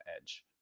edge